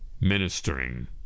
ministering